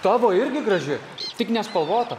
tavo irgi graži tik nespalvota